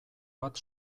bat